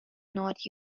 not